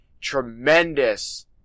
Tremendous